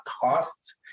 costs